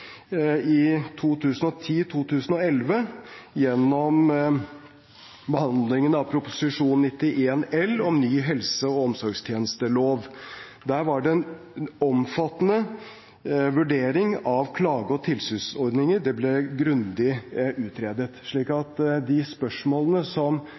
i 2010/2011 gjennom behandlingen av Prop. 91 L for 2010–2011, om ny helse- og omsorgstjenestelov. Der var det en omfattende vurdering av klage- og tilsynsordninger. Det ble grundig utredet. Så de spørsmålene som